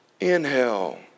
Inhale